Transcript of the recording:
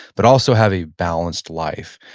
but also have a balanced life.